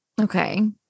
Okay